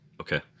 Okay